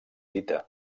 dita